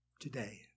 today